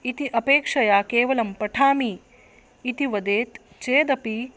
इति अपेक्षया केवलं पठामि इति वदेत् चेदपि